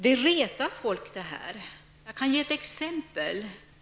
Det här retar folk. Jag kan ge ett exempel.